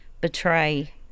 betray